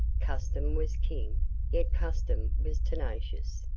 custom was king yet custom was tenacious,